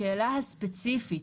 השאלה הספציפית,